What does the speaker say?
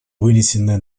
вынесенные